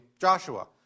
Joshua